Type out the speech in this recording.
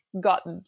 got